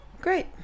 great